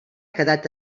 quedat